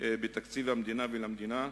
בתקציב המדינה ולמדינה?